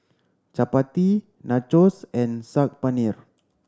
Chapati Nachos and Saag Paneer